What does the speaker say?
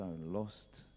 lost